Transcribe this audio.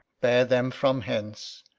bear them from hence.